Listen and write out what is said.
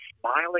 smiling